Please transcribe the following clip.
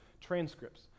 transcripts